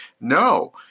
no